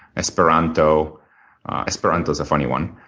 esperanto esperanto's a funny one